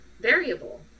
variable